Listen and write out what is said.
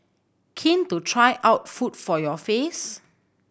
keen to try out food for your face